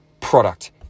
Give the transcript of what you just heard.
product